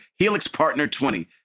helixpartner20